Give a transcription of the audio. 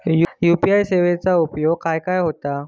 UPI सेवेचा उपयोग खाय खाय होता?